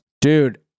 Dude